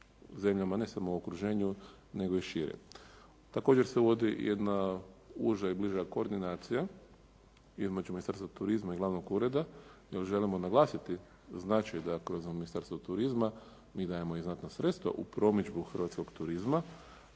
zemljama ne samo u okruženju nego i šire. Također se uvodi jedna uža i bliža koordinacija između Ministarstva turizma i glavnog ureda. Još želimo naglasiti značaj da kroz Ministarstvo turizma mi dajemo i znatna sredstva u promidžbu hrvatskog turizma.